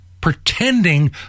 pretending